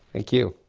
thank you.